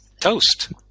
toast